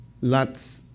Lot's